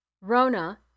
Rona